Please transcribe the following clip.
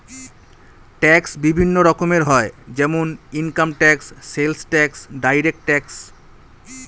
tax বিভিন্ন রকমের হয় যেমন income tax, sales tax, direct tax